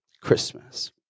Christmas